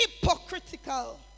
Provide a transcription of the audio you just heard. hypocritical